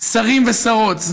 שרים ושרות,